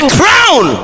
crown